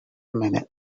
minute